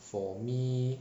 for me